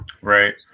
Right